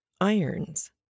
irons